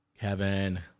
Kevin